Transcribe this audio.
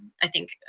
i think,